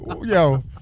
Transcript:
Yo